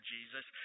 Jesus